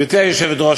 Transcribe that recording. גברתי היושבת-ראש,